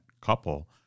couple